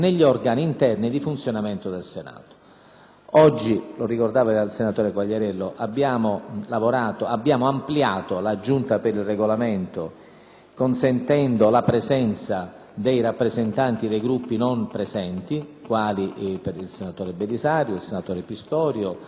Oggi - lo ricordava il senatore Quagliariello - abbiamo ampliato la Giunta per il Regolamento, consentendo la presenza dei rappresentanti dei Gruppi ancora non presenti, quali il senatore Belisario, il senatore Pistorio, il senatore D'Alia,